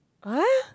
!huh!